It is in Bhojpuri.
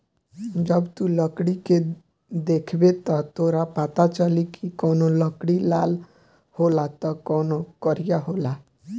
जब तू लकड़ी के देखबे त तोरा पाता चली की कवनो लकड़ी लाल होला त कवनो करिया होला